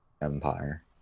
empire